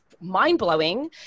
mind-blowing